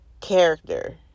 character